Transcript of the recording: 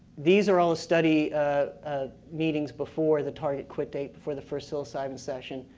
these are all a study meetings before the target quit date, before the first psilocybin session.